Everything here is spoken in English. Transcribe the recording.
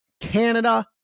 canada